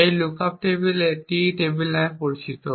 এই লুকআপ টেবিলটি T table নামে পরিচিত